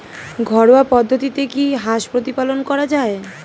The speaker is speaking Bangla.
ঘরোয়া পদ্ধতিতে কি হাঁস প্রতিপালন করা যায়?